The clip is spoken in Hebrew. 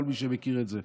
כל מי שמכיר את זה.